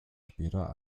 später